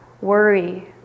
worry